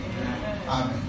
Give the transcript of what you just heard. Amen